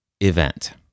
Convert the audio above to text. event